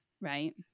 right